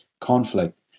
conflict